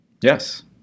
Yes